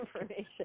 information